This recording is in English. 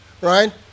right